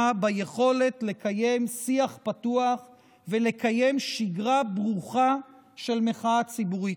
ביכולת לקיים שיח פתוח ולקיים שגרה ברוכה של מחאה ציבורית.